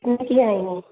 के लिए है नहीं